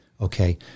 Okay